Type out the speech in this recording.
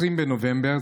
20 בנובמבר,